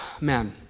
man